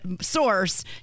source